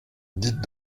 dites